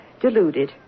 deluded